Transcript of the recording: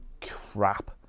crap